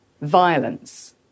violence